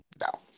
no